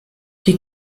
die